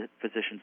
physicians